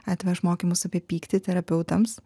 atveš mokymus apie pyktį terapeutams